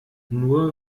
nur